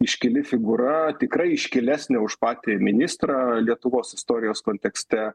iškili figūra tikrai iškilesnė už patį ministrą lietuvos istorijos kontekste